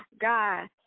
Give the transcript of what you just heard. God